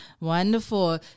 wonderful